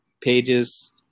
pages